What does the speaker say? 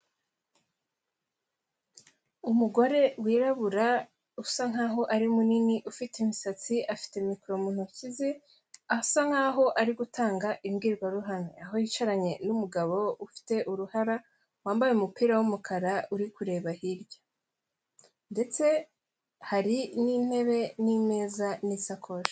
Umugore wirabura usa nk'aho ari munini ufite imisatsi, afite mikoro mu ntoki ze asa nk'aho ari gutanga imbwirwaruhame aho yicaranye n'umugabo ufite uruhara wambaye umupira w'umukara uri kureba hirya ndetse hari n'intebe, n'meza n'isakoshi.